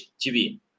TV